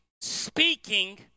speaking